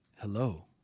Hello